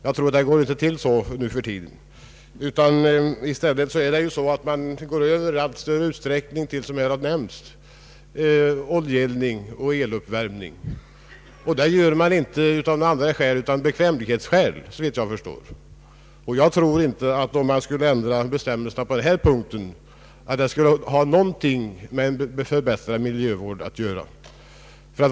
Jag tror inte att det går till på det sättet nu för tiden. Man går i stället i allt större utsträckning, som här nämnts, över till oljeeldning och eluppvärmning, och det gör man av bekvämlighetsskäl, såvitt jag förstår. Om bestämmelserna på denna punkt skulle ändras, skulle detta inte innebära någon förbättrad miljövård.